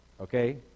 Okay